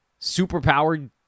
superpowered